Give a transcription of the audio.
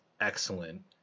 excellent